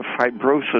fibrosis